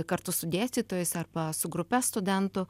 kartu su dėstytojais arba su grupe studentų